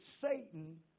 Satan